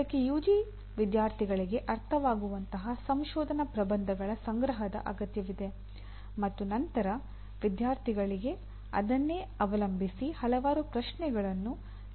ಇದಕ್ಕೆ ಯುಜಿ ವಿದ್ಯಾರ್ಥಿಗಳಿಗೆ ಅರ್ಥವಾಗುವಂತಹ ಸಂಶೋಧನಾ ಪ್ರಬಂಧಗಳ ಸಂಗ್ರಹದ ಅಗತ್ಯವಿದೆ ಮತ್ತು ನಂತರ ವಿದ್ಯಾರ್ಥಿಗಳಿಗೆ ಅದನ್ನೇ ಅವಲಂಬಿಸಿ ಹಲವಾರು ಪ್ರಶ್ನೆಗಳನ್ನು ಕೇಳಲಾಗುತ್ತದೆ